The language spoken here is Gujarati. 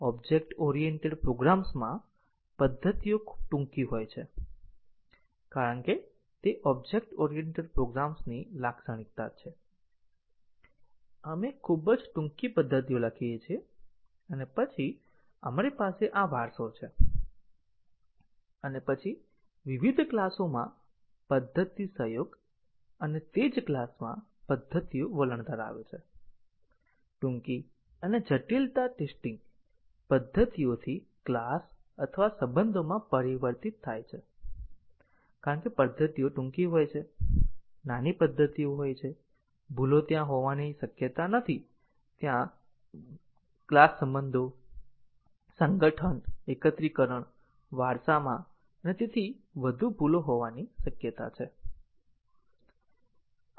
ઓબ્જેક્ટ ઓરિએન્ટેડ પ્રોગ્રામ્સમાં પદ્ધતિઓ ખૂબ ટૂંકી હોય છે કારણ કે તે ઓબ્જેક્ટ ઓરિએન્ટેડ પ્રોગ્રામ્સની લાક્ષણિકતા છે આપણે ખૂબ જ ટૂંકી પદ્ધતિઓ લખીએ છીએ અને પછી આપણી પાસે આ વારસો છે અને પછી વિવિધ ક્લાસોમાં પદ્ધતિ સહયોગ અને તે જ ક્લાસમાં પદ્ધતિઓ વલણ ધરાવે છે ટૂંકી અને જટિલતા ટેસ્ટીંગ પદ્ધતિઓથી ક્લાસ અથવા સંબંધોમાં પરિવર્તિત થાય છે કારણ કે પદ્ધતિઓ ટૂંકી હોય છે નાની પદ્ધતિઓ હોય છે ભૂલો ત્યાં હોવાની શક્યતા નથી ત્યાં ક્લાસ સંબંધો સંગઠન એકત્રીકરણ વારસામાં અને વધુ ભૂલો હોવાની શક્યતા છે